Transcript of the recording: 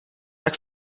tak